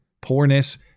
poorness